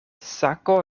sako